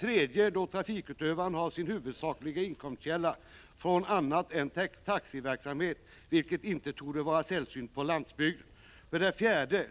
3. Då trafikutövaren har sin huvudsakliga inkomstkälla från annat än taxiverksamheten, vilket inte torde vara sällsynt på landsbygden 4.